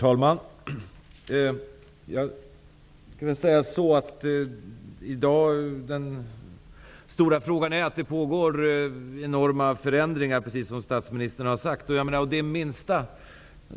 Herr talman! I dag pågår, precis som statsministern har sagt, enorma förändringar.